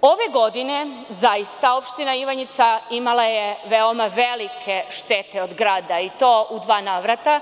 Ove godine, zaista, opština Ivanjica imala je veoma velike štete od grada i to u dva navrata,